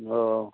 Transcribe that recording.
ꯑꯣ